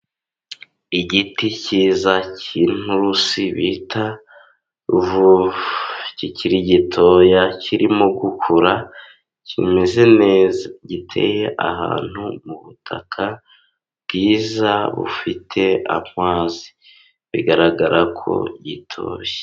Igiti cyiza cy'intusi, bita ruvuvu kikiri gitoya, kirimo gukura kimeze neza, giteye ahantu mu butaka bwiza, bufite amazi kigaragara ko gitoshye.